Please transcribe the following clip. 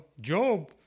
Job